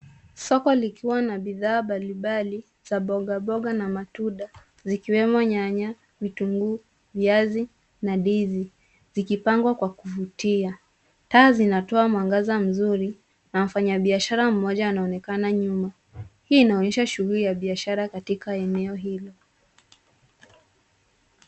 Soko likiwa na bidhaa mbalimbali za mboga mboga na matunda zikiwemo nyanya, vitunguu, vazi na ndizi zikipangwa kwa kuvutia. Taa zinatoa mwangaza mzuri na mfanyabiashara mmoja anaonekana nyuma. Hii inaonyesha shughuli ya biashara katika eneo hilo.